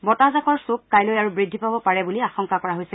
বতাহজাকৰ চোক কাইলৈ আৰু বৃদ্ধি পাব পাৰে বুলি আশংকা কৰা হৈছে